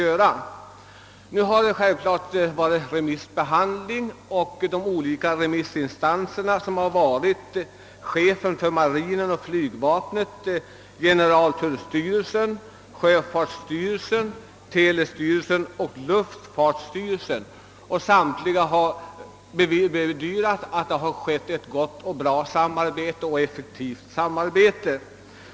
Under remissbehandlingen har samtliga remissinstanser — chefen för marinen, chefen för flygvapnet, generaltullstyrelsen, sjöfartsstyrelsen, telestyrelsen och luftfartstyrelsen — bedyrat att det har varit ett bra och effektivt samarbete.